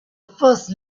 first